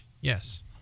Yes